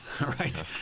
Right